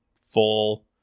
full